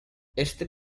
este